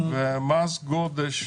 מס גודש,